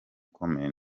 ukomeye